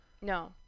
No